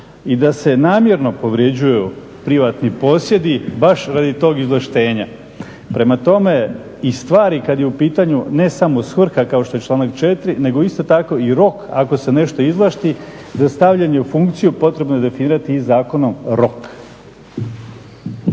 i da se namjerno povrjeđuju privatni posjedi baš radi tog izvlaštenja. Prema tome i stvari kad je u pitanju ne samo svrha kao što je članak 4.nego isto tako i rok ako se nešto izvlasti da stavljanje u funkciju potrebno je definirati i zakonu o roku.